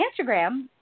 Instagram